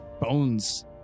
bones